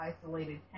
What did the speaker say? isolated